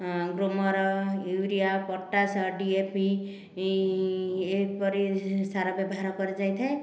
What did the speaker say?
Gromor urea potash DAP ଏହିପରି ସାର ବ୍ୟବହାର କରାଯାଇଥାଏ